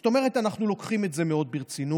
זאת אומרת, אנחנו לוקחים את זה מאוד ברצינות.